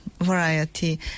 variety